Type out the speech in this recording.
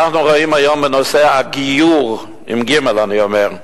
אנחנו רואים היום בנושא הגיור, בגימ"ל, ואני אומר: